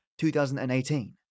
2018